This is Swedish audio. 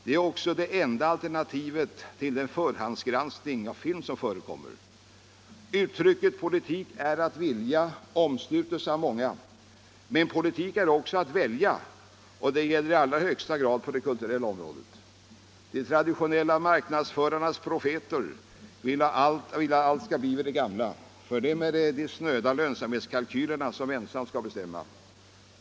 Det är också det enda alternativet till den förhandsgranskning av film som förekommer. Maximen ”politik är att vilja” omfattas av många, men politik är också att välja, och det gäller i allra högsta grad på det kulturella området. De traditionella marknadsförarnas profeter vill att allt skall bli vid det gamla. För dem är det de snöda lönsamhetskalkylerna som ensamt skall bestämma.